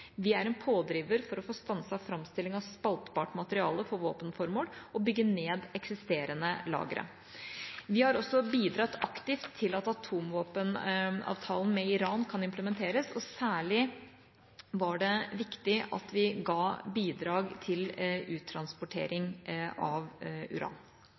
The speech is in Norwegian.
Vi er en pådriver for å få stanset framstilling av spaltbart materiale for våpenformål og bygge ned eksisterende lagre. Vi har også bidratt aktivt til at atomvåpenavtalen med Iran kan implementeres, og særlig var det viktig at vi ga bidrag til uttransportering av uran.